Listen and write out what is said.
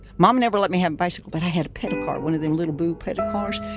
mama never let me have a bicycle, but i had a pedal car, one of them little blue pedal cars.